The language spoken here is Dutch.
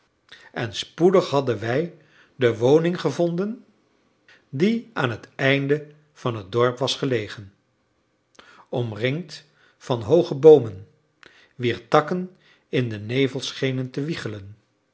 en spoedig hadden wij de woning gevonden die aan het einde van het dorp was gelegen omringd van hooge boomen wier takken in den nevel schenen te wiegelen